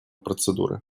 процедуры